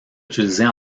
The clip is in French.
utilisées